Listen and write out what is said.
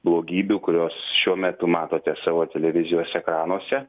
blogybių kurios šiuo metu matote savo televizijos ekranuose